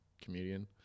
comedian